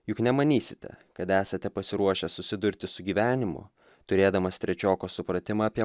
juk nemanysite kad esate pasiruošę susidurti su gyvenimu turėdamas trečioko supratimą apie